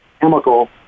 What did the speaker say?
chemical